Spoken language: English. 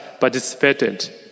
participated